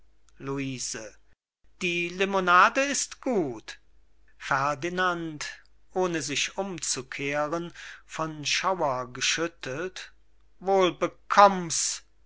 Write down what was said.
luise die limonade ist gut ferdinand ohne sich umzukehren von schauer geschüttelt wohl bekomm's